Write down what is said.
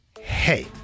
hey